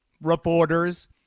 reporters